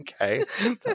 Okay